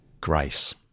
grace